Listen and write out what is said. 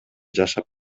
жашап